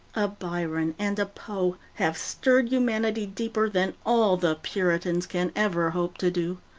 a byron and a poe have stirred humanity deeper than all the puritans can ever hope to do.